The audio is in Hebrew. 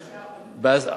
אחוז.